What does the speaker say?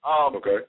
Okay